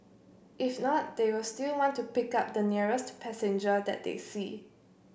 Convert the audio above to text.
if not they will still want to pick up the nearest passenger that they see